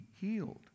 healed